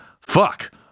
fuck